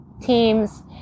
teams